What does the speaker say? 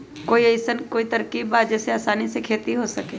कोई अइसन कोई तरकीब बा जेसे आसानी से खेती हो सके?